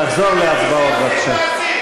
תחזור להצבעות, בבקשה.